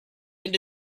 end